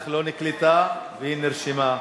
נקלטה והיא נרשמה,